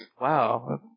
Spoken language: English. Wow